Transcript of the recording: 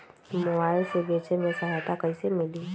Mobile से बेचे में सहायता कईसे मिली?